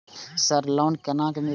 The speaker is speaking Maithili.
सर लोन केना मिलते?